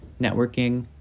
networking